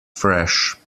fresh